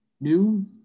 new